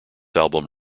album